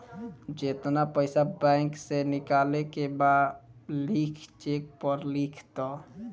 जेतना पइसा बैंक से निकाले के बा लिख चेक पर लिख द